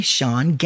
Sean